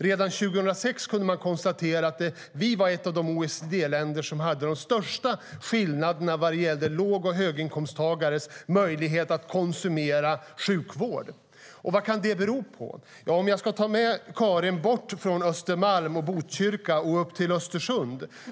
Redan 2006 kunde man konstatera att vi var ett av de OECD-länder som hade de största skillnaderna när det gällde låg och höginkomsttagares möjlighet att konsumera sjukvård. Vad kan det bero på? Jag ska ta med Karin Rågsjö bort från Östermalm och Botkyrka och upp till Östersund.